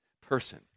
person